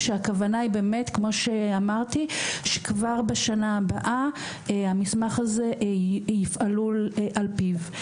כשהכוונה היא באמת כמו שאמרתי שכבר בשנה הבאה המסמך הזה יפעלו על פיו.